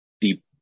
deep